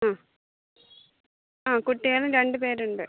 ആ ആ കുട്ടികൾ രണ്ടുപേരുണ്ട്